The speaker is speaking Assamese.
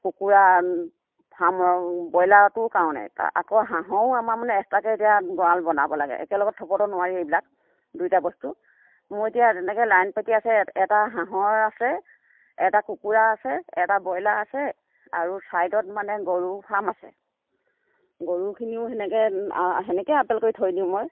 কুকুৰা ফাৰ্মৰ ব্ৰইলাৰটো কাৰণে আকৌ হাঁহো আমাৰ মানে এক্সট্ৰাকৈ এতিয়া গড়াল বনাব লাগে একেলগত থবতো নোৱাৰি এইবিলাক দুয়োটা বস্তু মোৰ এতিয়া তেনেকৈ লাইন পাতি আছে এটা হাঁহৰ আছে এটা কুকুৰা আছে এটা ব্ৰইলাৰ আছে আৰু ছাইডত মানে গৰু ফাৰ্ম আছে গৰুখিনিও সেনেকৈ সেনেকৈ আপডালকৈ থৈ দিওঁ মই